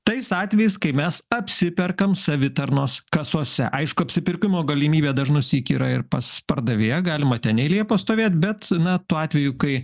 tais atvejais kai mes apsiperkam savitarnos kasose aišku apsipirkimo galimybė dažnu syk yra ir pas pardavėją galima ten eilė pastovėt bet na tuo atveju kai